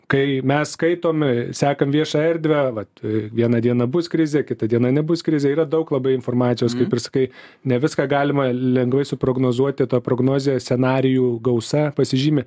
kai mes skaitome sekam viešą erdvę vat vieną dieną bus krizė kitą dieną nebus krizė yra daug labai informacijos kaip ir sakai ne viską galima lengvai suprognozuoti ta prognozė scenarijų gausa pasižymi